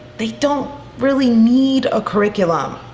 they don't really need a curriculum.